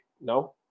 No